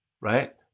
right